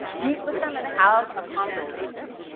meet with them and have a conversation.